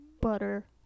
butter